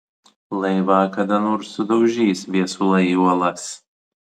laivą kada nors sudaužys viesulai į uolas